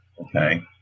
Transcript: Okay